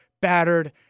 battered